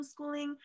homeschooling